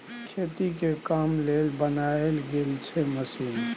खेती के काम लेल बनाएल गेल छै मशीन